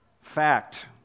fact